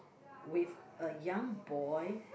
with a young boy